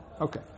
Okay